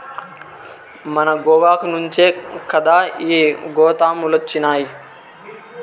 మన గోగాకు నుంచే కదా ఈ గోతాములొచ్చినాయి